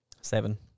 Seven